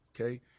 okay